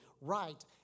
right